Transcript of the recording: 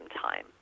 time